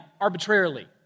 arbitrarily